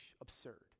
absurd